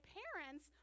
parents